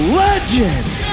legend